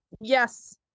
Yes